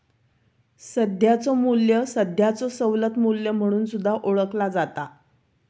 सध्याचो मू्ल्य सध्याचो सवलत मू्ल्य म्हणून सुद्धा ओळखला जाता